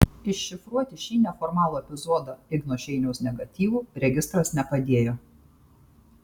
iššifruoti šį neformalų epizodą igno šeiniaus negatyvų registras nepadėjo